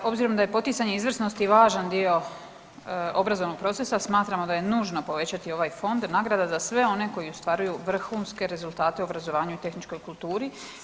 Obzirom da je poticanje izvrsnosti važan dio obrazovnog procesa smatramo da je nužno povećati ovaj fond nagrada za sve one koji ostvaraju vrhunske rezultate u obrazovanju i tehničkoj kulturi.